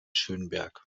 schönberg